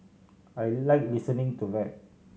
I like listening to rap